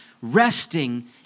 resting